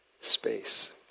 Space